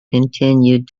continued